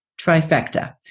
trifecta